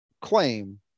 claim